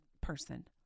person